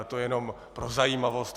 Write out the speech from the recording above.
To jen pro zajímavost.